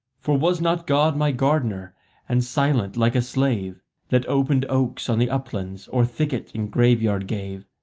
for was not god my gardener and silent like a slave that opened oaks on the uplands or thicket in graveyard gave?